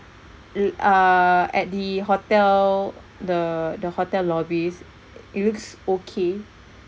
i~ err at the hotel the the hotel lobbies it looks okay